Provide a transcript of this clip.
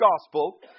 Gospel